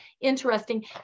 interesting